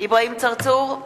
אברהים צרצור,